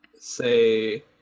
Say